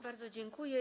Bardzo dziękuję.